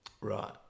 Right